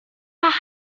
gwaith